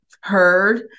heard